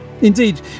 indeed